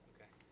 Okay